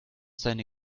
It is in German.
seine